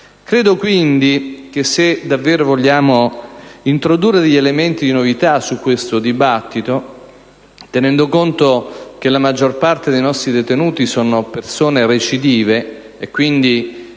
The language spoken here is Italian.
Credo quindi che se davvero vogliamo introdurre degli elementi di novità su questo dibattito, tenendo conto che la maggior parte dei nostri detenuti sono persone recidive e quindi